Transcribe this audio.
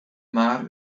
maar